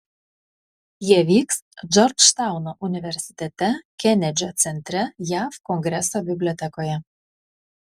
jie vyks džordžtauno universitete kenedžio centre jav kongreso bibliotekoje